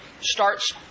starts